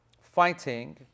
fighting